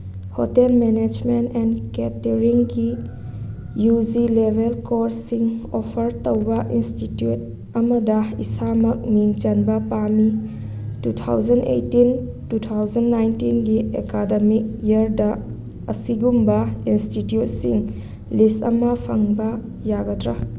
hotel management and ꯀꯦꯇꯔꯤꯡꯒꯤ UG level ꯂꯦꯕꯦꯜ ꯀꯣꯔꯁꯁꯤꯡ ꯑꯣꯐꯔ ꯇꯧꯕ ꯏꯟꯁꯇꯤꯇ꯭ꯌꯨꯠ ꯑꯃꯗ ꯏꯁꯥꯃꯛ ꯃꯤꯡ ꯆꯟꯕ ꯄꯥꯝꯃꯤ two thousand eighteen two thousand ꯅꯥꯏꯟꯇꯤꯟꯒꯤ ꯑꯦꯀꯥꯗꯃꯤꯛ ꯏꯌꯔꯗ ꯑꯁꯤꯒꯨꯝꯕ ꯏꯟꯁꯇꯤꯇ꯭ꯌꯨꯠꯁꯤꯡ ꯂꯤꯁ ꯑꯝ ꯐꯪꯕ ꯌꯥꯒꯗ꯭ꯔꯥ